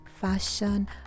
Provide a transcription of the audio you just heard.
fashion